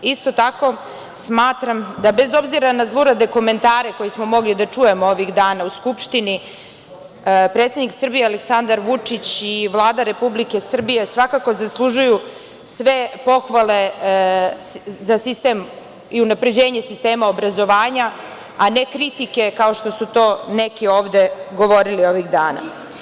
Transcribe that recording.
Isto tako, smatram da bez obzira na zlurade komentare koje smo mogli da čujemo ovih dana u Skupštini, predsednik Srbije Aleksandar Vučić i Vlada Republike Srbije svakako zaslužuju sve pohvale za sistem i unapređenje sistema obrazovanja a ne kritike kao što su to neki ovde govorili ovih dana.